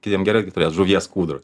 kitiem gerai gi turėt žuvies kūdroj